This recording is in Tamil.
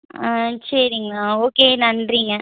ஆ சரிங்கண்ணா ஓகே நன்றிங்க